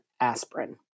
aspirin